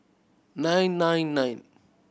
nine nine nine